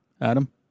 Adam